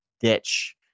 ditch